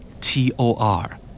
T-O-R